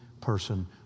person